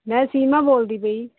ਮੈਂ ਸੀਮਾ ਬੋਲਦੀ ਪਈ